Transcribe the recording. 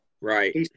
Right